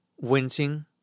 wincing